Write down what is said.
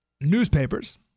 newspapers